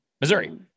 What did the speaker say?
Missouri